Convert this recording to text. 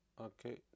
Okay